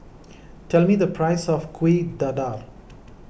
tell me the price of Kuih Dadar